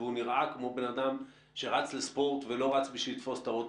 הוא נראה כמו בן אדם שרץ לספורט ולא רץ בשביל לתפוס את האוטובוס.